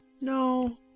No